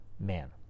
man